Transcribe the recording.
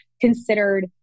considered